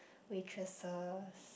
waitresses